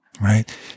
Right